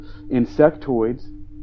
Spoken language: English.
insectoids